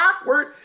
awkward